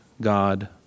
God